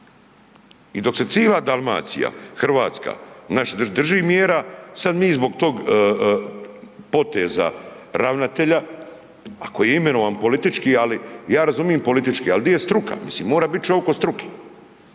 I dok se cila Dalmacija, Hrvatska znači drži mjera sad mi zbog tog poteza ravnatelja, ako je imenovan politički, ali ja razumijem politički, ali di je struka, mislim mora biti čovik od struke.